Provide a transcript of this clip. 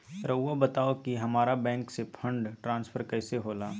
राउआ बताओ कि हामारा बैंक से फंड ट्रांसफर कैसे होला?